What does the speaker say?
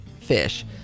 fish